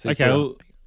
Okay